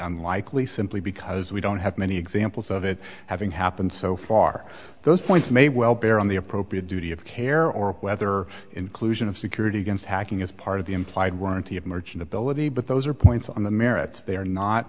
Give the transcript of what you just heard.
unlikely simply because we don't have many examples of it having happened so far those points may well bear on the appropriate duty of care or whether inclusion of security against hacking is part of the implied warranty of merchantability but those are points on the merits they are not